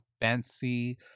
fancy